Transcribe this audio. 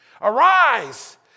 Arise